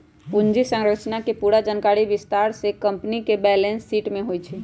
पूंजी संरचना के पूरा जानकारी विस्तार से कम्पनी के बैलेंस शीट में होई छई